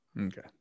Okay